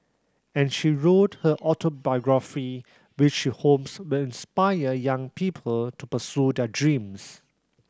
and she wrote her autobiography which she hopes will inspire young people to pursue their dreams